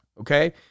okay